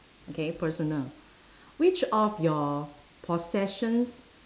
okay personal which of your possessions